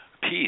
peace